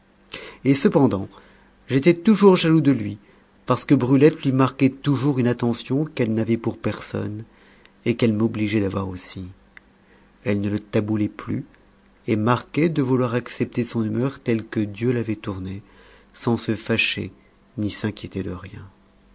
et cependant j'étais toujours jaloux de lui parce que brulette lui marquait toujours une attention qu'elle n'avait pour personne et qu'elle m'obligeait d'avoir aussi elle ne le taboulait plus et marquait de vouloir accepter son humeur telle que dieu l'avait tournée sans se fâcher ni s'inquiéter de rien